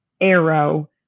arrow